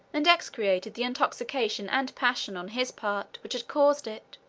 and execrated the intoxication and passion, on his part, which had caused it.